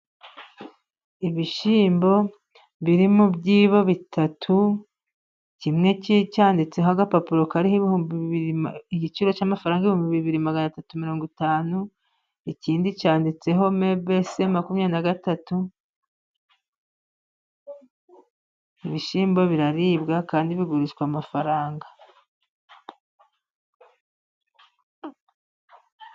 Ibishyimbo biri mu byibo bitatu, kimwe cyanditseho agapapuro kariho igiciro cy'amafaranga ibihumbi bibiri manatatu na mirongo itanu, ikindi cyanditseho MBC 23. Ibishyimbo biraribwa Kandi bigurishwa amafaranga.